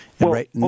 Right